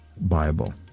Bible